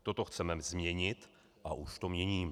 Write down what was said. Toto chceme změnit a už to měním.